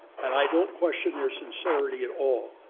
and i don't question their sincerity at all.